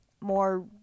more